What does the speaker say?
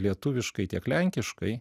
lietuviškai tiek lenkiškai